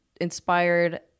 inspired